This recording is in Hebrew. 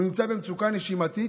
הוא נמצא במצוקה נשימתית,